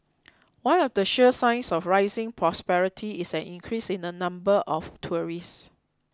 one of the sure signs of rising prosperity is an increase in the number of tourists